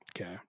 Okay